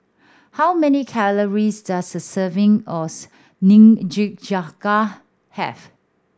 how many calories does a serving Nikujaga have